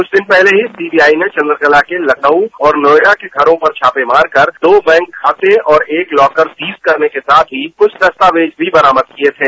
कुछ दिन पहले सीबीआई ने चन्द्रकला के लखनऊ और नोएडा के घरों पर छापे मारकर दो बैंक खाते और एक लॉकर सील करने के साथ ही कुछ दस्तावेज भी बरामद किए थे